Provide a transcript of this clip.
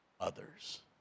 others